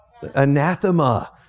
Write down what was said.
anathema